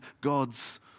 God's